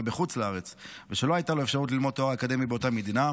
בחוץ לארץ ולא הייתה לו אפשרות ללמוד תואר אקדמי באותה מדינה,